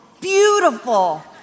beautiful